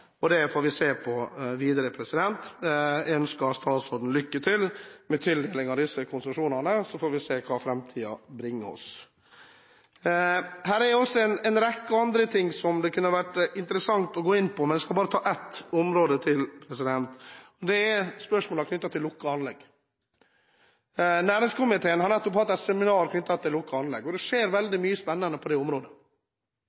vepsebol. Det får vi se på videre. Jeg ønsker statsråden lykke til med tildelingen av disse konsesjonene, og så får vi se hva framtiden bringer. Her er det også en rekke andre ting som det kunne vært interessant å gå inn på, men jeg skal bare ta ett område til, og det er spørsmålet om lukkede anlegg. Næringskomiteen har nettopp hatt et seminar om lukkede anlegg. Det skjer